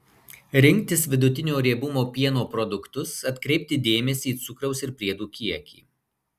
rinktis vidutinio riebumo pieno produktus atkreipti dėmesį į cukraus ir priedų kiekį